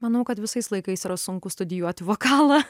manau kad visais laikais yra sunku studijuoti vokalą